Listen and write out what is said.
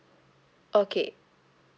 okay